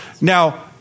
Now